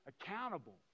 accountable